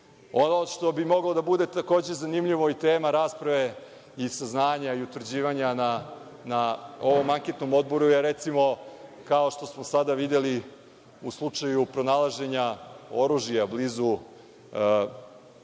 što bi moglo da bude takođe zanimljivo i tema rasprave i saznanja i utvrđivanja na ovom anketnom odboru je, recimo, kao što smo sada videli u slučaju pronalaženja oružja blizu kuće